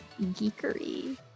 geekery